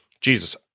Jesus